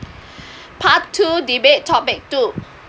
part two debate topic two